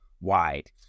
wide